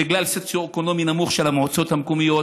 בגלל דירוג סוציו-אקונומי נמוך של המועצות המקומיות,